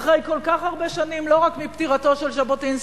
אחרי כל כך הרבה שנים לא רק מפטירתו של ז'בוטינסקי,